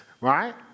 Right